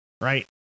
Right